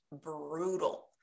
brutal